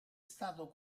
stato